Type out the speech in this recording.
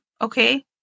okay